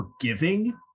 forgiving